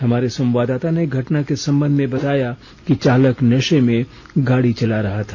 हमारे संवाददाता ने घटना के संबंध में बताया कि चालक नशे में गाडी चला रहा था